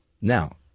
Now